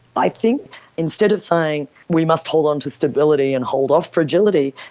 i think instead of saying we must hold on to stability and hold off fragility,